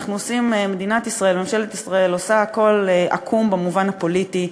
מדינת ישראל וממשלת ישראל עושות הכול עקום במובן הפוליטי,